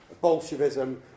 Bolshevism